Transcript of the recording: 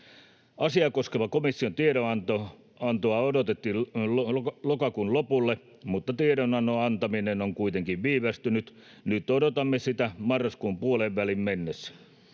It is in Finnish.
Asiaa koskevaa komission tiedonantoa odotettiin lokakuun lopulle, mutta tiedonannon antaminen on kuitenkin viivästynyt. Nyt odotamme sitä marraskuun puoleenväliin mennessä.